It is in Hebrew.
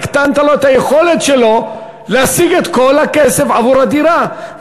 הקטנת את היכולת שלו להשיג את כל הכסף עבור הדירה.